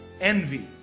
envy